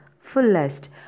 fullest